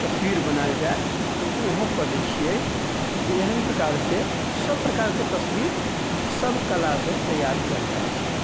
तस्वीर बनायल जाइ तऽ उहो कऽ दै छियै जे एहन प्रकारसँ सभ प्रकारके तस्वीर सभ कलासँ तैयार कयल जाइ छै